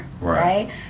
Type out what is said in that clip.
right